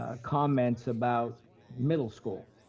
ah comments about middle school.